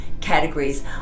categories